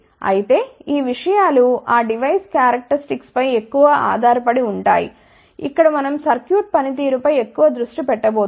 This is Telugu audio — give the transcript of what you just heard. అయితే ఈ విషయాలు ఆ డివైస్ క్యారక్టర్స్టిక్స్ పై ఎక్కువ ఆధారపడి ఉంటాయి ఇక్కడ మనం సర్క్యూట్ పనితీరుపై ఎక్కువ దృష్టి పెట్టబోతున్నాం